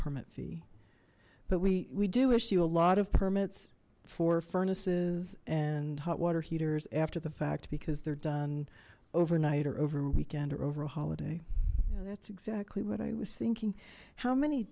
permit fee but we we do issue a lot of permits for furnaces and hot water heaters after the fact because they're done overnight or over weekend or over a holiday yeah that's exactly what i was thinking how many